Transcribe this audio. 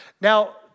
Now